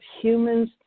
humans